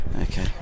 Okay